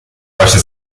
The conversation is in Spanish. valle